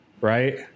Right